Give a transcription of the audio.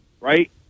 right